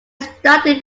started